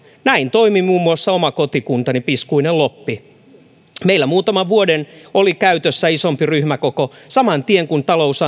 näin toimi muun muassa oma kotikuntani piskuinen loppi meillä muutaman vuoden oli käytössä isompi ryhmäkoko saman tien kun talous